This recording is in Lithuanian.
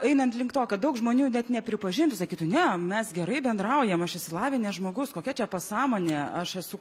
einant link to kad daug žmonių net nepripažintų sakytų ne mes gerai bendraujam aš išsilavinęs žmogus kokia čia pasąmonė aš esu